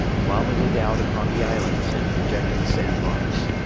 vomited out upon the islands and projecting sand bars.